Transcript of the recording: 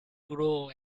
grow